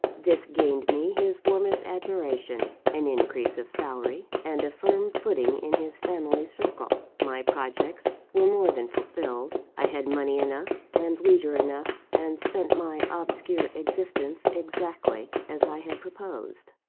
this gained me his warmest admiration, an increase of salary, and a firm footing in his family circle. my projects were more than fulfilled i had money enough, and leisure enough and spent my obscure existence exactly as i had proposed.